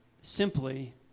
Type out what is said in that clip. simply